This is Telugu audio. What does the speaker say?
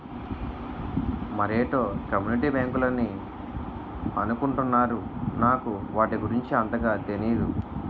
మరేటో కమ్యూనిటీ బ్యాంకులని అనుకుంటున్నారు నాకు వాటి గురించి అంతగా తెనీదు